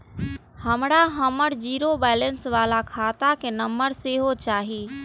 हमरा हमर zero balance बाला खाता के नम्बर सेहो चाही